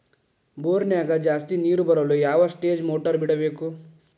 ಬೋರಿನ್ಯಾಗ ಜಾಸ್ತಿ ನೇರು ಬರಲು ಯಾವ ಸ್ಟೇಜ್ ಮೋಟಾರ್ ಬಿಡಬೇಕು?